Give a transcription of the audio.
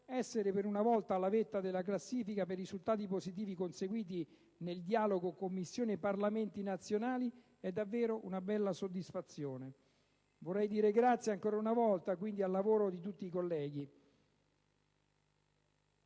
essere per una volta alla vetta della classifica per i risultati positivi conseguiti nel dialogo Commissione-Parlamenti nazionali è davvero una bella soddisfazione. Vorrei dire grazie ancora una volta, quindi, al lavoro di tutti i colleghi